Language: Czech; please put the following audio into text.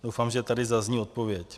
Doufám, že tady zazní odpověď.